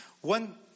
One